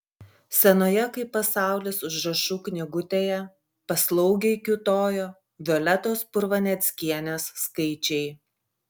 senoje kaip pasaulis užrašų knygutėje paslaugiai kiūtojo violetos purvaneckienės skaičiai